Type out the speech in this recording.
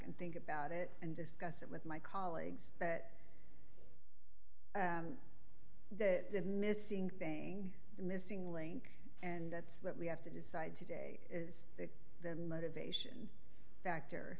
and think about it and discuss it with my colleagues but that the missing thing the missing link and that's what we have to decide today is the motivation factor